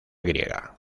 griega